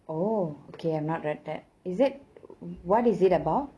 oh okay I've not read that is it what is it about